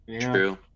true